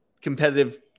competitive